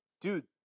dude